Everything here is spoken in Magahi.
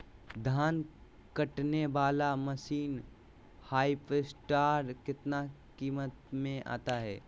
धान कटने बाला मसीन हार्बेस्टार कितना किमत में आता है?